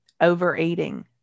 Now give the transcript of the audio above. overeating